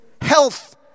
Health